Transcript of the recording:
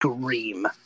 scream